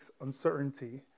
uncertainty